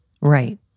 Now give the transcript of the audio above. Right